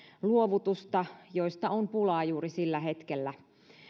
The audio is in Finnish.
luovutusta joista on pulaa juuri sillä hetkellä